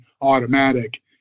automatic